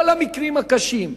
כל המקרים הקשים,